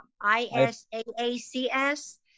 I-S-A-A-C-S